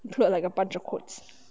put like a bunch of quotes